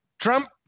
Trump